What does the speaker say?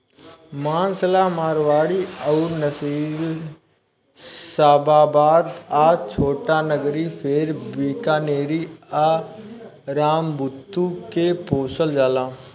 मांस ला मारवाड़ी अउर नालीशबाबाद आ छोटानगरी फेर बीकानेरी आ रामबुतु के पोसल जाला